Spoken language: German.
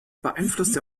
beeinflusst